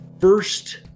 first